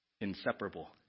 inseparable